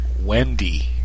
Wendy